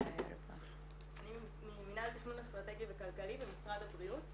אני ממינהל תכנון אסטרטגי וכלכלי במשרד הבריאות.